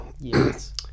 Yes